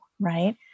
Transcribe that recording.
Right